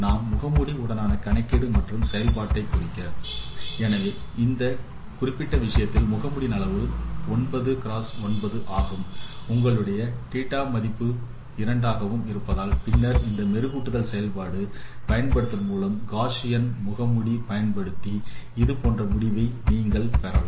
நாம் முகமுடி உடனான கணக்கீடு மாற்றும் செயல்பாட்டிற்கு குறிக்க எனவே இந்த குறிப்பிட்ட விஷயத்தில் முகமூடியின் அளவு 9 x 9 ஆகவும் உங்களுடைய σ மதிப்பு இரண்டாகவும் இருந்தால் பின்னர் இந்த மெருகூட்டல் செயல்பாடு பயன்படுத்துவதன் மூலம் காஸியன் முகமூடி பயன்படுத்தி இதுபோன்ற முடிவை நீங்கள் பெறலாம்